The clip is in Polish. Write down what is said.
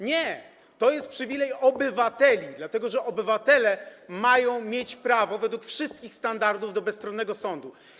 Nie, to jest przywilej obywateli, dlatego że obywatele mają mieć prawo, według wszystkich standardów, do bezstronnego sądu.